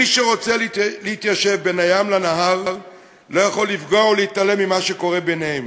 מי שרוצה להתיישב בין הים לנהר לא יכול לפגוע ולהתעלם ממה שקורה ביניהם,